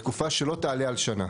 לתקופה שלא תעלה על שנה.